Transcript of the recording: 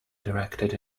directed